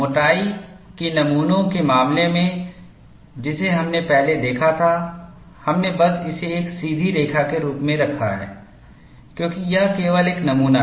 मोटाई के नमूनों के मामले में जिसे हमने पहले देखा था हमने बस इसे एक सीधी रेखा के रूप में रखा है क्योंकि यह केवल एक नमूना है